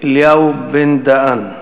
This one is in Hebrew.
אליהו בן-דהן.